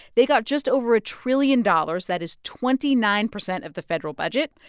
they've got just over a trillion dollars. that is twenty nine percent of the federal budget,